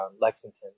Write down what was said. Lexington